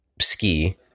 ski